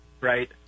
right